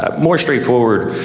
um more straightforward,